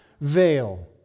veil